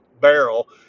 barrel